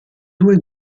due